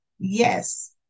Yes